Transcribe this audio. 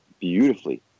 beautifully